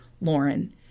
Lauren